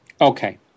Okay